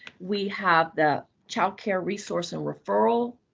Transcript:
we have the child care resource and referral